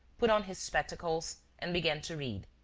put on his spectacles and began to read.